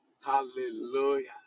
hallelujah